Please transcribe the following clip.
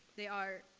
they are